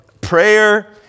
prayer